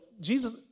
Jesus